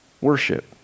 Worship